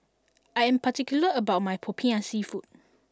I am particular about my Popiah Seafood